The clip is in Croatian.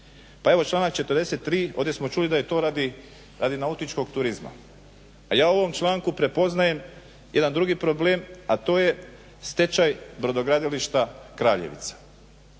Pa evo članak 43., ovdje smo čuli da je to radi nautičkog turizma. A ja u ovom članku prepoznajem jedan drugi problem, a to je stečaj brodogradilišta Kraljevica.